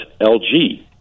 LG